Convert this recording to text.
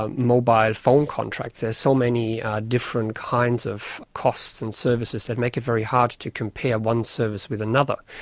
ah mobile phone contracts. there are so many different kinds of costs and services that make it very hard to compare one service with another.